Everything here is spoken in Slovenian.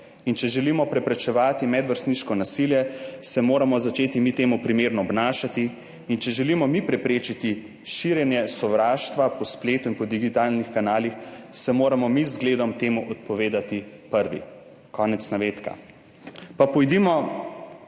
in če želimo preprečevati medvrstniško nasilje, se moramo začeti mi temu primerno obnašati, in če želimo mi preprečiti širjenje sovraštva po spletu in po digitalnih kanalih, se moramo mi z zgledom temu odpovedati prvi.« Konec navedka. Pa pojdimo